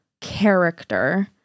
character